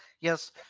Yes